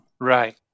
Right